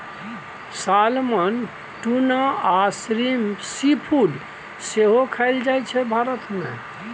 salmon, tuna आ shrimp seafood सेहो खाएल जाइ छै भारत मे